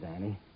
Danny